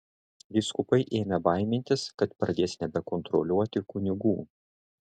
vyskupai ėmė baimintis kad pradės nebekontroliuoti kunigų